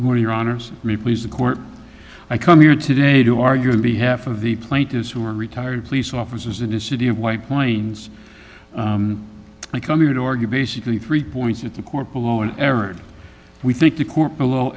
to your honor's me please the court i come here today to argue on behalf of the plaintiffs who are retired police officers in the city of white plains i come here to argue basically three points at the court below it errored we think the court below